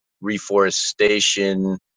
reforestation